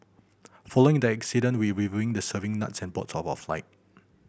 following the incident we reviewing the serving nuts on boards our flight